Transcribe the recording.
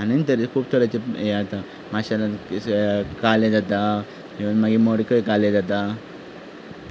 आनी खूब तरेचे हें जाता माशेलांत काले जाता इव्हन मागीर मडकय काले जाता